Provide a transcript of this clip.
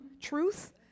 truth